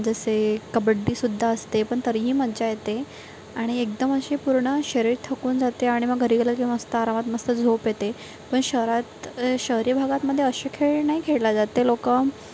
जसे कबड्डीसुद्धा असते पण तरीही मज्जा येते आणि एकदम अशी पूर्ण शरीर थकून जाते आणि मग घरी गेलं की मस्त आरामात मस्त झोप येते पण शहरात शहरी भागांमध्ये अशी खेळ नाही खेळला जात ते लोकं